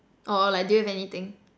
or like do you have anything